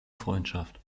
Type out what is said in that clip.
freundschaft